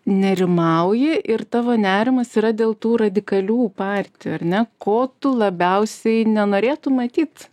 nerimauji ir tavo nerimas yra dėl tų radikalių partijų ar ne ko tu labiausiai nenorėtum matyt